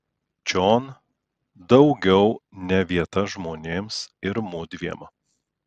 čion daugiau ne vieta žmonėms ir mudviem